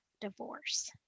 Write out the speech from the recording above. divorce